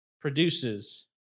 produces